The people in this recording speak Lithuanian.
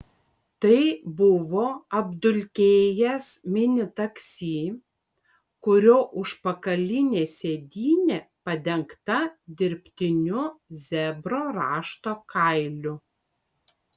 tai buvo apdulkėjęs mini taksi kurio užpakalinė sėdynė padengta dirbtiniu zebro rašto kailiu